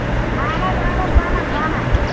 اَہَن حظ اَہَن حظ بَنن بَنن